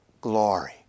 glory